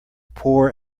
poor